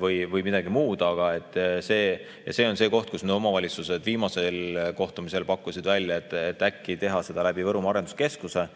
või midagi muud. See on see koht, kus omavalitsused viimasel kohtumisel pakkusid välja, et äkki teha seda läbi Võrumaa Arenduskeskuse.